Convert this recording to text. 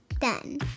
done